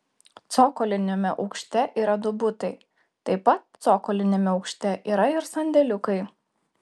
cokoliniame aukšte yra du butai taip pat cokoliniame aukšte yra ir sandėliukai